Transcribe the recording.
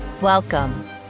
Welcome